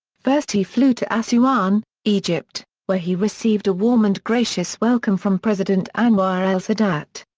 first he flew to assuan, egypt, where he received a warm and gracious welcome from president anwar el-sadat.